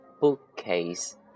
bookcase